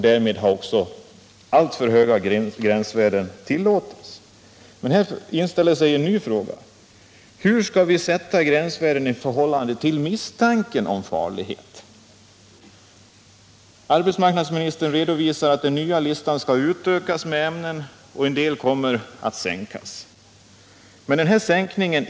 Därmed har också alltför höga gränsvärden tillåtits. Här inställer sig en ny fråga: Hur skall vi sätta gränsvärdet i förhållande till misstanken om farlighet? Arbetsmarknadsministern omtalar att den nya gränsvärdeslistan skall utökas med flera ämnen och att ett antal gränsvärden kommer att sänkas.